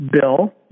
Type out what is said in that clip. Bill